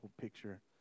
picture